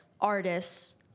artists